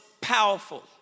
powerful